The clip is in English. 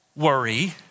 worry